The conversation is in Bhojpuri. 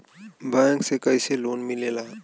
बैंक से कइसे लोन मिलेला?